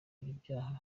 ibyaha